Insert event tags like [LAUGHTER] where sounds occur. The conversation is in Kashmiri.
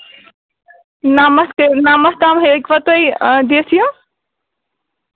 نَمَتھ [UNINTELLIGIBLE] نَمَتھ تام ہیٚکوا تُہۍ دِتھ یہِ